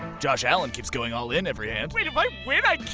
josh allen keeps going all-in every hand. wait, if i win i